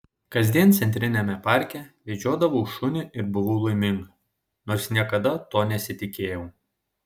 kasdien centriniame parke vedžiodavau šunį ir buvau laiminga nors niekada to nesitikėjau